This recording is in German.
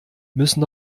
müssen